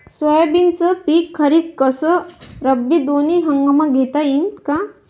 सोयाबीनचं पिक खरीप अस रब्बी दोनी हंगामात घेता येईन का?